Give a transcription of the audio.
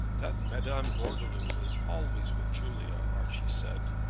that madame gordeloup is always with julia, archie said,